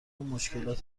مشکلات